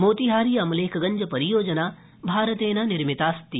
मोतीहारी अमलेखगंज परियोजना भारतेन निर्मातास्ति